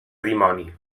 dimoni